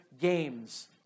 games